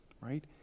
right